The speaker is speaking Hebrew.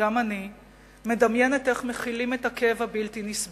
גם אני מדמיינת איך מכילים את הכאב הבלתי-נסבל.